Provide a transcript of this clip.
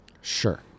Sure